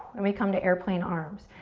and we come to airplane arms.